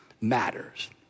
matters